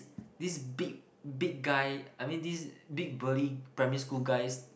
this big big guy I mean this big belly primary school guys